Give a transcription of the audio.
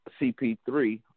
CP3